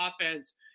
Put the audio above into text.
offense